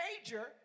major